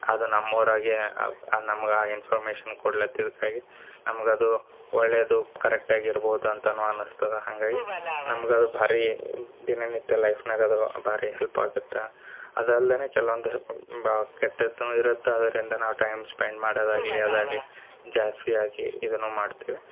ಅದು ನಮ್ಮೂರಾಗೆ ಅದು ನಮ್ಗ ಆ ಇನ್ಫಾರ್ಮೇಷನ್ ಕೊಡ್ಲ ನಮ್ಗೆ ಅದು ಒಳ್ಳೆಯದು ಕರೆಕ್ಟಾಗಿ ಇರ್ಬೋದು ಅಂತನು ಅನಸ್ತದ ಹಾಗಾಗಿ ನಮ್ಗೆ ಅದು ಭಾರಿ ದಿನನಿತ್ಯ ಲೈಫ್ನಾಗ ಅದು ಭಾರಿ ಹೆಲ್ಪ್ ಆಗತ್ತ ಅದು ಅಲ್ದೇನೆ ಕೆಲವೊಂದು ಬಾ ಕೆಟ್ಟದ್ದು ಇರುತ್ತೆ ಅದರಿಂದ ನಾವು ಟೈಮ್ ಸ್ಪೆಂಡ್ ಮಾಡದಾಗಲಿ ಯಾವುದೇ ಆಗಲಿ ಜಾಸ್ತಿ ಆಗಿ ಇದನ್ನು ಮಾಡ್ತೇವೆ